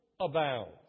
abounds